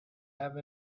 have